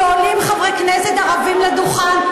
כשעולים חברי כנסת ערבים לדוכן,